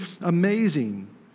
amazing